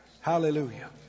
Hallelujah